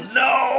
no